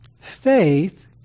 faith